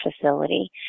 facility